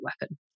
weapon